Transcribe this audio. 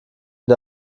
der